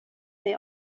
they